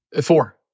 Four